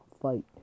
fight